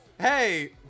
Hey